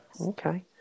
Okay